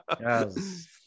Yes